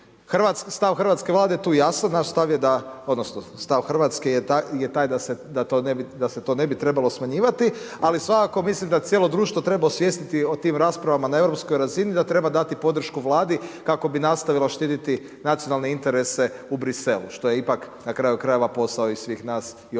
stav RH je taj da se to ne bi trebalo smanjivati, ali svakako mislim da cijelo društvo treba osvijestiti o tim raspravama na europskoj razini, da treba dati podršku Vladi kako bi nastavila štititi nacionalne interese u Briselu, što je ipak na kraju krajeva posao i svih nas i ovdje